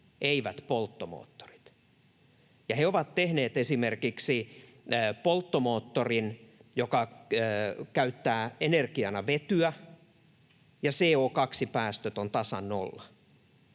eivät polttomoottorit. Ja he ovat tehneet esimerkiksi polttomoottorin, joka käyttää energiana vetyä ja jonka CO2-päästöt ovat tasan nolla.